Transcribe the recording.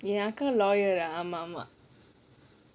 என் அக்கா:en akka lawyer ஆமா ஆமா:aamaa aamaa